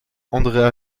andrea